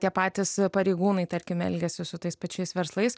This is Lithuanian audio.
tie patys pareigūnai tarkim elgiasi su tais pačiais verslais